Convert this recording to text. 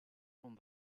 kon